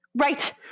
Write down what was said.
right